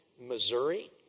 Missouri